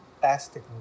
fantastic